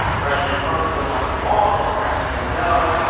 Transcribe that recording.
president trump still wants a wall. democrats say no.